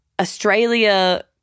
Australia